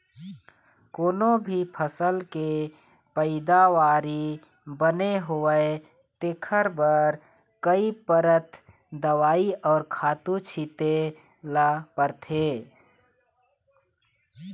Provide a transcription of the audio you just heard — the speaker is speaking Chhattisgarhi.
कोनो भी फसल के पइदावारी बने होवय तेखर बर कइ परत दवई अउ खातू छिते ल परथे